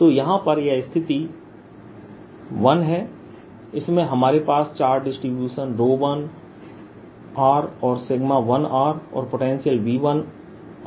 तो यहां पर यह स्थिति 1है इसमें हमारे पास चार्ज डिसटीब्यूशन 1r और 1rऔर पोटेंशियल V1r है